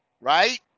right